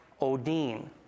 odin